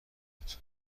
بود